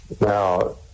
Now